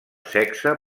sexe